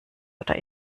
oder